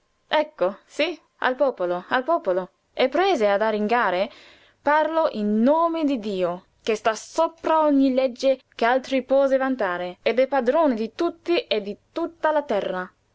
ecco sí al popolo al popolo e prese ad arringare parlo in nome di dio o cristiani che sta sopra ogni legge che altri possa vantare ed è padrone di tutti e di tutta la terra